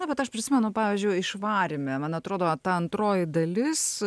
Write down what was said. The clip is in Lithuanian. na bet aš prisimenu pavyzdžiui išvaryme man atrodo ta antroji dalis